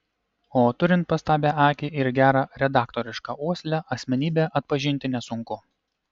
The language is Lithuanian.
o turint pastabią akį ir gerą redaktorišką uoslę asmenybę atpažinti nesunku